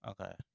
Okay